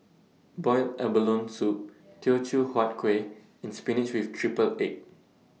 boiled abalone Soup Teochew Huat Kueh and Spinach with Triple Egg